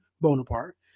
Bonaparte